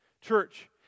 Church